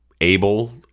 able